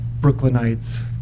Brooklynites